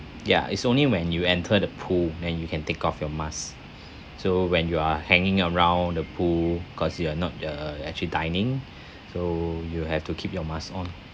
ya it's only when you enter the pool then you can take off your mask so when you are hanging around the pool cause you are not the actually dining so you have to keep your mask on